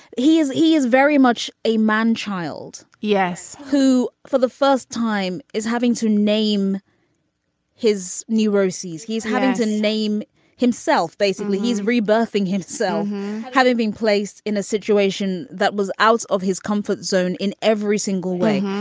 he is. he is very much a man child. yes. who for the first time is having to name his neuroses. he's having to name himself. basically he's rebuffing himself having been placed in a situation that was out of his comfort zone in every single way.